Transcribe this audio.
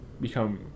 become